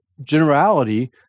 generality